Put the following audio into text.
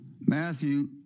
Matthew